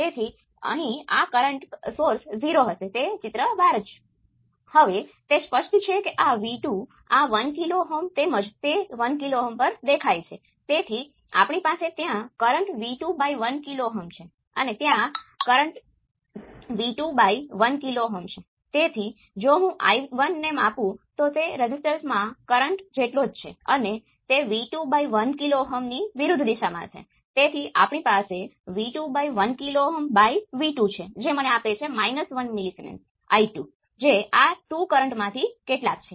તેથી આને તેમાં મૂકવાથી મને Vs Gs મળશે જે y11 Gs y22 Gl divide by y21 × V2 y11 V2 થશે